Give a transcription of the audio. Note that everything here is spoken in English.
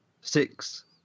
Six